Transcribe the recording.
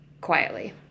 quietly